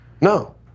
No